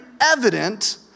evident